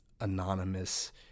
anonymous